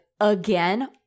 Again